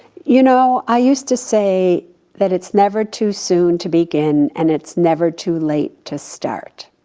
you know, i used to say that it's never too soon to begin and it's never too late to start.